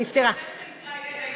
זה מה שנקרא ידע אישי.